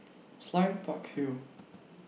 Sime Park Hill